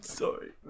sorry